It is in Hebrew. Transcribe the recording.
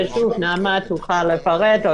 ושוב, נעמה או יואל יוכלו לפרט.